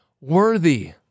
worthy